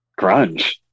Grunge